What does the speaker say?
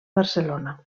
barcelona